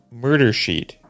murdersheet